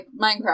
Minecraft